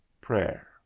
Prayer